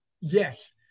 Yes